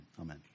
Amen